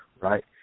right